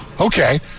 Okay